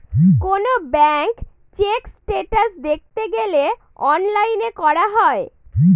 কোনো bank check status দেখতে গেলে অনলাইনে করা যায়